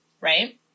right